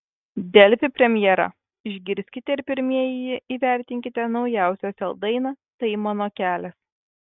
delfi premjera išgirskite ir pirmieji įvertinkite naujausią sel dainą tai mano kelias